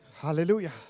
Hallelujah